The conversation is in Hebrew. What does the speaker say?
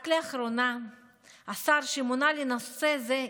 רק לאחרונה השר שמונה לנושא זה,